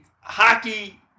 hockey